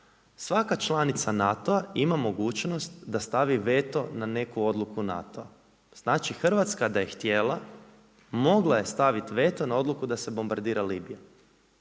Svaka članica NATO-a ima mogućnost da stavi veto na neko odluku NATO-a. Znači Hrvatska da je htjela, mogla je staviti veto na odluku da se bombadira Libija.